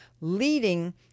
leading